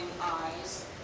eyes